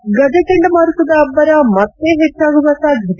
ಿಂಗಜ ಚಂಡಮಾರುತದ ಅಬ್ಬರ ಮತ್ತೆ ಹೆಚ್ಚಾಗುವ ಸಾಧ್ವತೆ